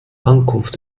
ankunft